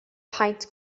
paent